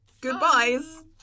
Goodbyes